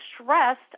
stressed